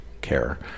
care